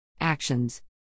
Actions